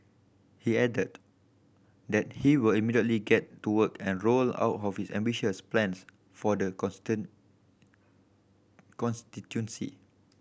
he added that he will immediately get to work and roll out his ambitious plans for the constituency